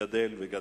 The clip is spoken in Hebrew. גדל וגדל.